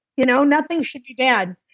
you know nothing should be bad,